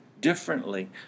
differently